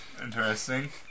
Interesting